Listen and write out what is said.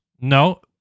No